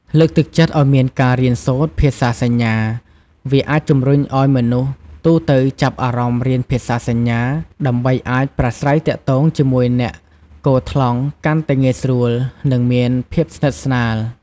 លើកទឹកចិត្តឲ្យមានការរៀនសូត្រភាសាសញ្ញា វាអាចជំរុញឲ្យមនុស្សទូទៅចាប់អារម្មណ៍រៀនភាសាសញ្ញា ដើម្បីអាចប្រាស្រ័យទាក់ទងជាមួយអ្នកគរថ្លង់កាន់តែងាយស្រួល នឹងមានភាពស្និតស្នាល ។